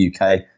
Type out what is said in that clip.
UK